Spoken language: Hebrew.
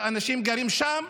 שאנשים גרים שם.